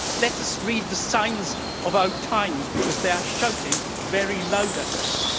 let us read the signs of our times, because they are shouting very loud at us,